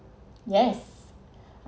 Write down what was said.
yes